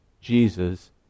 Jesus